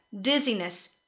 dizziness